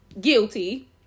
Guilty